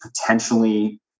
potentially